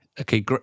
Okay